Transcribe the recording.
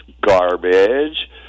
garbage